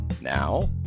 Now